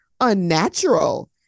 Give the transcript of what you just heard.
unnatural